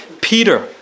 Peter